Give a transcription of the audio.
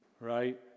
right